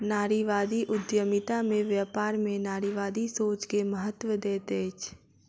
नारीवादी उद्यमिता में व्यापार में नारीवादी सोच के महत्त्व दैत अछि